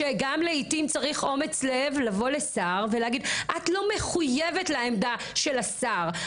גם לעיתים צריך אומץ לב לבוא לשר ולהגיד שאת לא מחויבת לעמדה של השר.